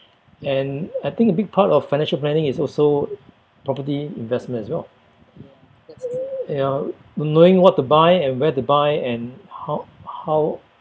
and I think a big part of financial planning is also property investment as well you know knowing what to buy and where to buy and how how